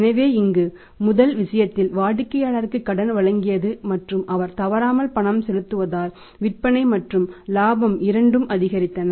எனவே இங்கு முதல் விஷயத்தில் வாடிக்கையாளருக்கு கடன் வழங்கியது மற்றும் அவர் தவறாமல் பணம் செலுத்துவதால் விற்பனை மற்றும் லாபம் இரண்டும் அதிகரித்தன